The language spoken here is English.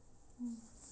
mm